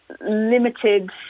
limited